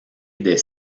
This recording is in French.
des